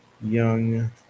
Young